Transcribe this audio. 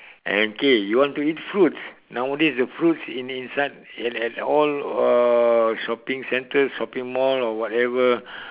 okay you want to eat fruits nowadays the fruits in inside at at all uh shopping centre or shopping mall or whatever